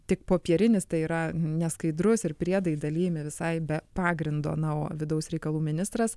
tik popierinis tai yra neskaidrus ir priedai dalijami visai be pagrindo na o vidaus reikalų ministras